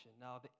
Now